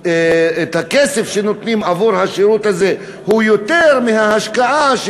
שהכסף שנותנים עבור השירות הזה הוא יותר מההשקעה של